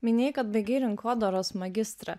minėjai kad baigei rinkodaros magistrą